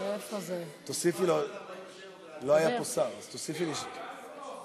לא היה פה שר, תוסיפי שלוש דקות.